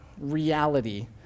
reality